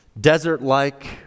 desert-like